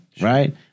right